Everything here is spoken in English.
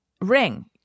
ring